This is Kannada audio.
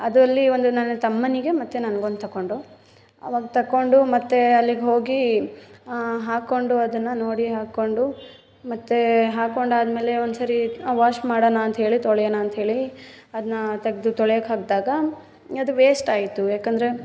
ಅದಲ್ಲಿ ಒಂದು ನನ್ನ ತಮ್ಮನಿಗೆ ಮತ್ತು ನನಗೊಂದು ತೊಗೊಂಡು ಆವಾಗ ತೊಗೊಂಡು ಮತ್ತೆ ಅಲ್ಲಿಗೆ ಹೋಗಿ ಹಾಕ್ಕೊಂಡು ಅದನ್ನು ನೋಡಿ ಹಾಕ್ಕೊಂಡು ಮತ್ತೆ ಹಾಕ್ಕೊಂಡಾದಮೇಲೆ ಒಂದು ಸರಿ ವಾಶ್ ಮಾಡೊಣಂಥೇಳಿ ತೊಳೆಯೊಣಂಥೇಳಿ ಅದನ್ನ ತೆಗೆದು ತೊಳೆಯೋಕ್ಕೆ ಹಾಕಿದಾಗ ಅದು ವೇಸ್ಟಾಯ್ತು ಯಾಕೆಂದ್ರೆ